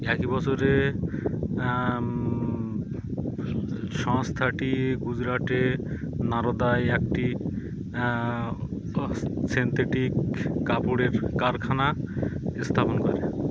এক বছরে সংস্থাটি গুজরাটে নারদায় একটি কস সিন্থেটিক কাপড়ের কারখানার স্থাপন করে